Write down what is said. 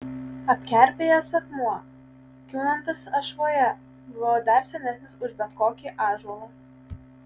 apkerpėjęs akmuo kiūtantis ašvoje buvo dar senesnis už bet kokį ąžuolą